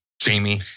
Jamie